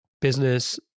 business